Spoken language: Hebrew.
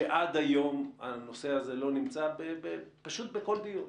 שעד היום הנושא הזה לא נמצא פשוט בכל דיון.